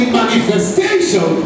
manifestation